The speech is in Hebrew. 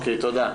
תודה.